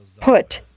put